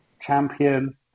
champion